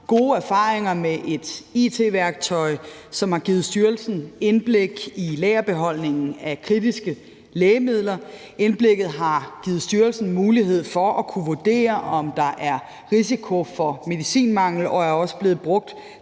gode erfaringer med et it-værktøj, som har givet styrelsen indblik i lagerbeholdningen af kritiske lægemidler. Indblikket har givet styrelsen mulighed for at kunne vurdere, om der er risiko for medicinmangel, og det er også blevet brugt